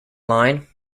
line